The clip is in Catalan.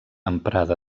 emprada